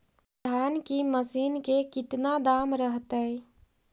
धान की मशीन के कितना दाम रहतय?